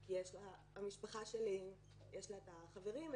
כי למשפחה שלי יש את החברים שלה,